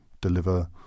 deliver